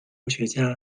哲学家